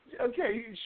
Okay